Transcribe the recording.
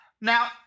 Now